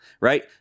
right